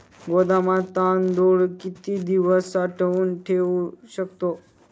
गोदामात तांदूळ किती दिवस साठवून ठेवू शकतो?